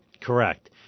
Correct